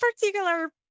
particular